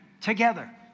Together